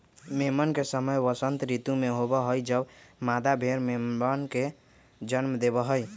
मेमन के समय वसंत ऋतु में होबा हई जब मादा भेड़ मेमनवन के जन्म देवा हई